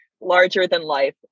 larger-than-life